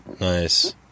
Nice